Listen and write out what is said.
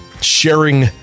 sharing